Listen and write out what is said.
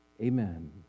Amen